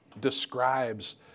describes